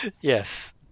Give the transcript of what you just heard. Yes